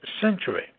century